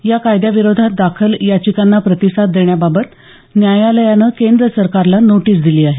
या कायद्याविरोधात दाखल याचिकांना प्रतिसाद देण्याबाबत न्यायालयानं केंद्र सरकारला नोटीस दिली आहे